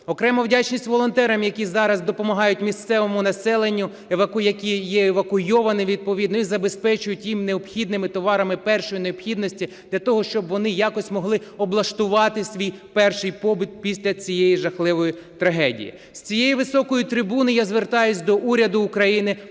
Окрема вдячність волонтерам, які зараз допомагають місцевому населенню, яке є евакуйоване відповідно, і забезпечують їх необхідними товарами першої необхідності для того, щоб вони якось могли облаштувати свій перший побут після цієї жахливої трагедії. З цієї високої трибуни я звертаюсь до уряду України,